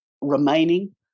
remaining